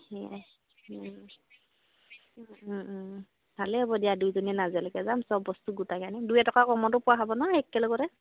সেয়াই ভালেই হ'ব দিয়া দুইজনীয়ে নাজিৰালৈকে যাম চব বস্তু গোটাকে আনিম দুই এ টকা কমতো পোৱা হ'ব ন একেলগতে